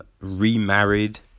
remarried